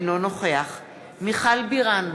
אינו נוכח מיכל בירן,